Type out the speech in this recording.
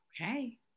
Okay